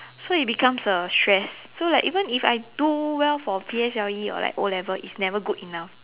so it becomes a stress so like even if I do well for P_S_L_E or like o-level it's never good enough